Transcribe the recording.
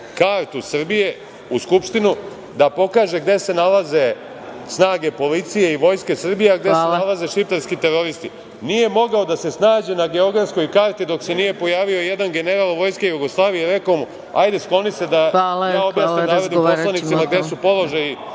kartu Srbije u Skupštinu da pokaže gde se nalaze snage Policije i Vojske Srbije, a gde se nalaze šiptarski teroristi. Nije mogao da se snađe na geografskoj karti dok se nije pojavio jedan general Vojske Jugoslavije i rekao mu - hajde, skloni se da ja objasnim poslanicima gde su položaji